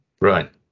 Right